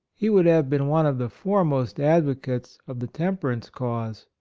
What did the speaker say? he would have been one of the foremost advocates of the temperance cause,